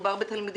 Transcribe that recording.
לכן,